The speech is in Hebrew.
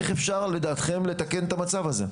אני רוצה לדעת איך לדעתכם אפשר לתקן את המצב הזה.